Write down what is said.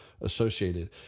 associated